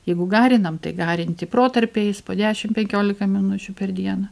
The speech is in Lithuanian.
jeigu garinam tai garinti protarpiais po dešimt penkiolika minučių per dieną